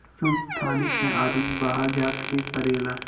संस्थानिक मे आदमी बाहर जा के करेला